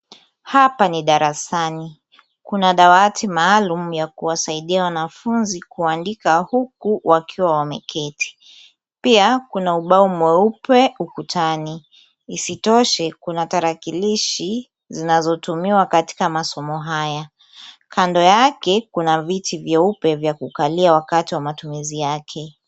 Hapa ni darasani. Kuna dawati maalum ya kuwasaidia wanafunzi kuandika huku wakiwa wameketi. Pia kuna ubao mweupe ukutani. Isitoshe kuna tarakilishi zinazotumiwa katika masomo haya. Kando yake kuna viti vyeupe vya kukaliwa wakati wa matumizi yake.